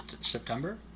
September